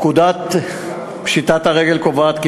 פקודת פשיטת הרגל קובעת כי